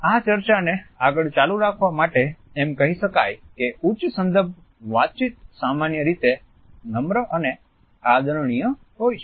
આ ચર્ચાને આગળ ચાલુ રાખવા માટે એમ કહી શકાય કે ઉચ્ચ સંદર્ભ વાતચીત સામાન્ય રીતે નમ્ર અને આદરણીય હોય છે